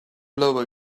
blow